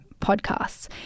podcasts